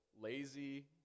lazy